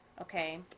Okay